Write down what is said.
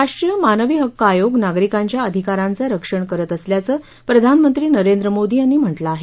राष्ट्रीय मानवी हक्क आयोग नागरिकांच्या अधिकारांचं रक्षण करत असल्याचं प्रधानमंत्री नरेंद्र मोदी यांनी म्हटलं आहे